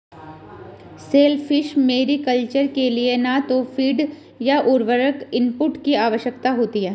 shellfish mariculture के लिए न तो फ़ीड या उर्वरक इनपुट की आवश्यकता होती है